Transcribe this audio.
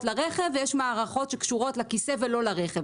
לרכב ויש מערכות שקשורות לכיסא ולא לרכב,